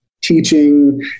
teaching